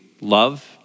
love